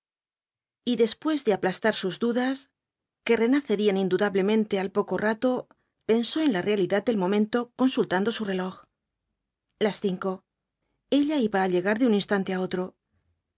y después de aplastar sus dudas que renacerían indudablemente al poco rato pensó en la realidad del momento consultando su reloj las cinco ella iba á llegar los cuatro jinbtbs dml apocalipsis de un instante á otro